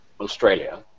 Australia